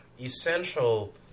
essential